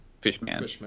Fishman